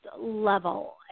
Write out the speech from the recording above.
level